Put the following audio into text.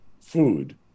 food